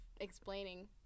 explaining